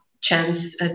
chance